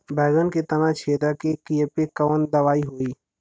बैगन के तना छेदक कियेपे कवन दवाई होई?